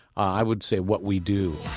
i would say what we do.